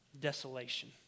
Desolation